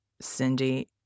Cindy